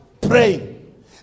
Praying